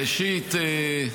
ראשית,